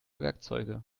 werkzeuge